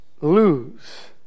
lose